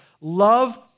Love